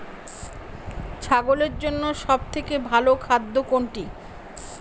ছাগলের জন্য সব থেকে ভালো খাদ্য কোনটি?